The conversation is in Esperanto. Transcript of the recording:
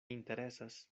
interesas